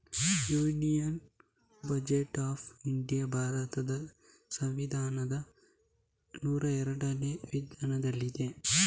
union budget of India ಭಾರತದ ಸಂವಿಧಾನದ ನೂರಾ ಹನ್ನೆರಡನೇ ವಿಧಿನಲ್ಲಿದೆ